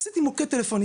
עשיתי מוקד טלפוני,